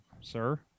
sir